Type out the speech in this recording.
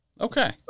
Okay